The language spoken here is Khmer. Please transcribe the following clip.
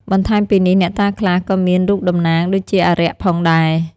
បន្ថែមពីនេះ អ្នកតាខ្លះ ក៏មានរូបតំណាងដូចជាអារក្សផងដែរ។